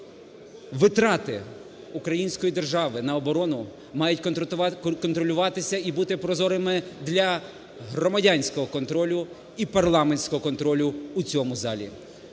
витрати української держави на оборону мають контролюватися і бути прозорими для громадянського контролю і парламентського контролю в цьому залі.